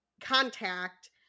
contact